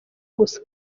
gusa